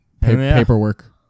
Paperwork